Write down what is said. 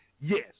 yes